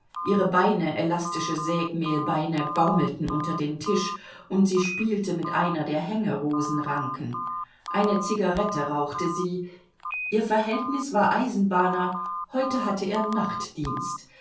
ihre beine elastische sägmehlbeine baumelten unter den tisch und sie spielte mit einer der hängrosenranken eine zigarette rauchte sie ihr verhältnis war eisenbahner heute hatte er nachtdienst